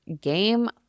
game